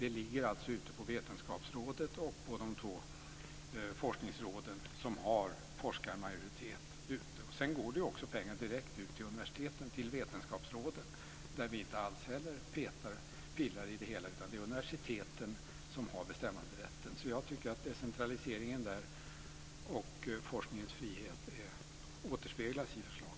Detta ligger alltså på Vetenskapsrådet och på de två forskningsråd som har forskarmajoritet ute. Vidare går pengar direkt ut till universiteten och vetenskapsområden där vi inte heller pillar i det hela, utan det är universiteten som har bestämmanderätten. Jag tycker att decentraliseringen där och forskningens frihet återspeglas i förslaget.